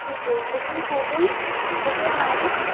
ठीक है बुकिंग हो गई हो गई हमारी